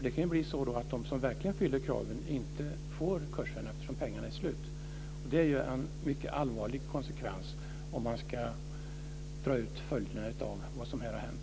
Det kan då bli så att de som verkligen fyller kraven inte får kurserna, eftersom pengarna är slut. Det är en mycket allvarligt konsekvens, om man ska dra ut följderna av vad som här har hänt.